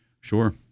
Sure